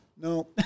No